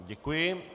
Děkuji.